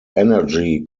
energy